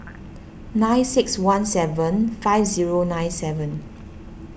nine six one seven five zero nine seven